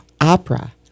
Opera